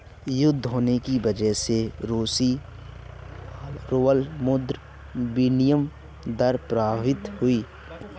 युद्ध होने की वजह से रूसी रूबल मुद्रा विनिमय दर प्रभावित हुई